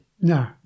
No